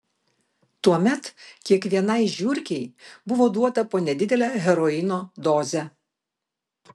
tuomet kiekvienai žiurkei buvo duota po nedidelę heroino dozę